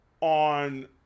On